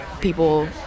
people